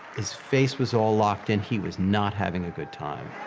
his face was all locked in he was not having a good time.